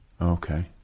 Okay